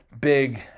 big